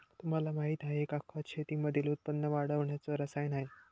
तुम्हाला माहिती आहे का? खत शेतीमधील उत्पन्न वाढवण्याच रसायन आहे